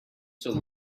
till